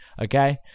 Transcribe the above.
Okay